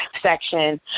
section